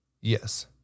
Yes